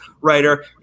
writer